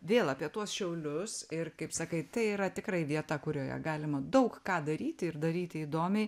vėl apie tuos šiaulius ir kaip sakai tai yra tikrai vieta kurioje galima daug ką daryti ir daryti įdomiai